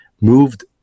moved